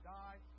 die